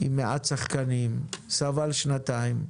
עם מעט שחקנים שסבל שנתיים,